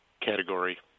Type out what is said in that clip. category